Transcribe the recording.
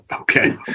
okay